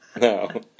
No